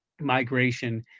migration